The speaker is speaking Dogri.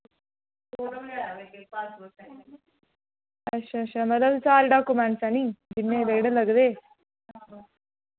अच्छ अच्छा मतलब सारे डाकूमैंट हैनी जिन्ने जेह्ड़े लगदे